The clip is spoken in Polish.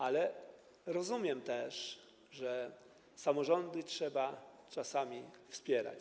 Ale rozumiem też, że samorządy trzeba czasami wspierać.